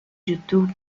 youtube